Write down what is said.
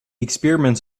experiments